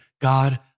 God